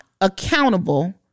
accountable